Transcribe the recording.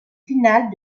finale